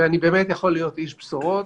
ואני באמת יכול להיות איש בשורות.